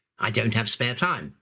i don't have spare time.